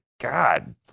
God